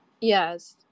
yes